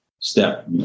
step